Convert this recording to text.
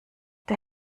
der